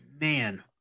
man